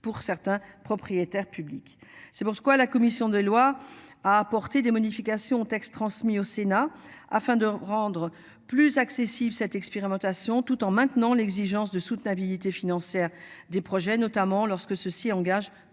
pour certains propriétaires publics c'est pour se quoi. La commission des lois à apporter des modifications au texte transmis au Sénat afin de rendre plus accessible cette expérimentation tout en maintenant l'exigence de soutenabilité financière des projets notamment lorsque ceux-ci engagent